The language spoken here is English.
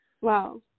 Wow